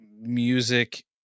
music